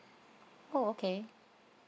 oh okay